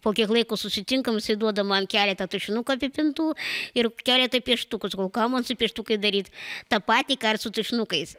po kiek laiko susitinkam jisai duoda man keletą tušinukų apipintų ir keletą pieštukų sakau ką man su pieštukais daryt tą patį ką ir su tušinukais